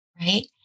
right